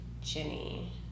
Jenny